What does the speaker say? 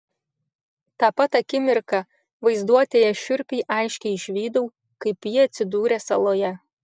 tą pat akimirką vaizduotėje šiurpiai aiškiai išvydau kaip ji atsidūrė saloje